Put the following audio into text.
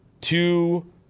two